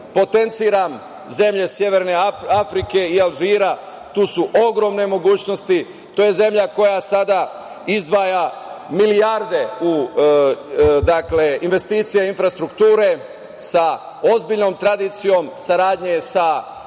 privredu. Potenciram zemlje severne Afrike i Alžira. Tu su ogromne mogućnosti. To je zemlja koja sada izdvaja milijarde u investicije, infrastrukturu, sa ozbiljnom tradicijom saradnje sa